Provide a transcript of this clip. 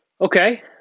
Okay